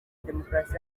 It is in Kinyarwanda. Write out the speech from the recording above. demokarasi